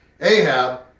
Ahab